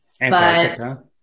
Antarctica